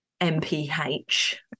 MPH